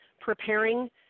preparing